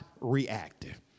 reactive